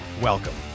welcome